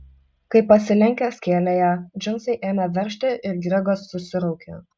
kai pasilenkęs kėlė ją džinsai ėmė veržti ir gregas susiraukė